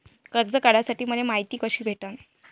कर्ज काढासाठी मले मायती कशी भेटन?